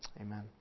Amen